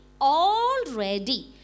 already